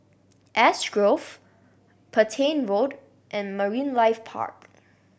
Ash Grove Petain Road and Marine Life Park